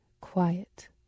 quiet